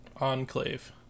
enclave